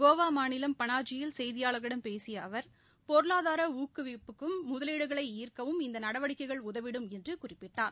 கோவா மாநிலம் பனாஜியில் செய்தியாளர்களிடம் பேசிய அவர் பொருளாதார ஊக்குவிப்புக்கும் முதலீடுகளை ஈர்க்கவும் இந்த நடவடிக்கைகள் உதவிடும் என்று குறிப்பிட்டார்